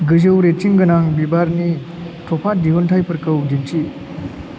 गोजौ रेटिंगोनां बिबारनि थफा दिहुनथाइफोरखौ दिन्थि